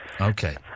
Okay